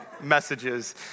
messages